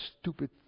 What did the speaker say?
stupid